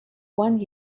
one